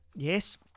Yes